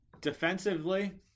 defensively